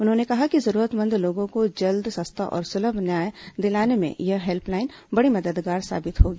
उन्होंने कहा कि जरूरतमंद लोगों को जल्द सस्ता और सुलभ न्याय दिलाने में यह हेल्पलाइन बड़ी मददगार साबित होगी